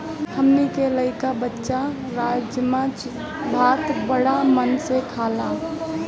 हमनी के लइका बच्चा राजमा भात बाड़ा मन से खाला